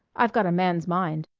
i've got a man's mind.